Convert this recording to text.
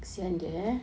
mmhmm